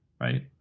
right